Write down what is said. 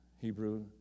Hebrew